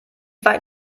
weit